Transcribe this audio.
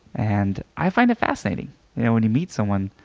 and i find it fascinating yeah when you meet someone.